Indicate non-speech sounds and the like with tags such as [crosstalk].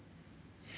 [noise]